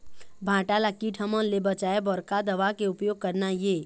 भांटा ला कीट हमन ले बचाए बर का दवा के उपयोग करना ये?